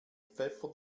pfeffer